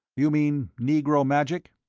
you mean negro magic?